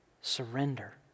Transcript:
Surrender